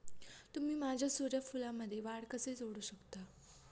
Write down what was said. तुम्ही माझ्या सूर्यफूलमध्ये वाढ कसे जोडू शकता?